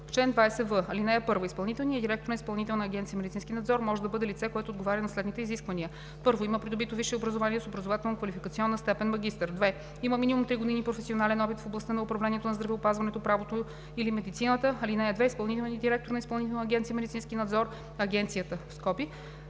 „Чл. 20в. (1) Изпълнителният директор на Изпълнителна агенция „Медицински надзор“ може да бъде лице, което отговаря на следните изисквания: 1. има придобито висше образование с образователно-квалификационна степен „магистър“; 2. има минимум три години професионален опит в областта на управлението на здравеопазването, правото или медицината. (2) Изпълнителният директор на Изпълнителна агенция „Медицински надзор“ (Агенцията): 1.